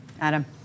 Adam